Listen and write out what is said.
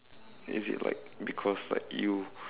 is it like because like you